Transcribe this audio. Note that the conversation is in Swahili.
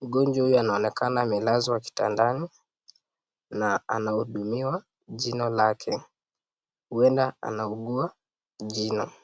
mgonjwa huyu anaonekana amelazwa kitandani na anahudumiwa jino lake, huenda anaugua jino.